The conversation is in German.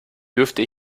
dürfte